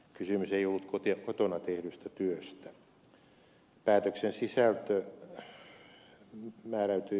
kysymys ei ollut kotona tehdystä työstä